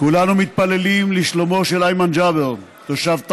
כולנו מתפללים לשלומו של איימן ג'אבר, תושב טייבה,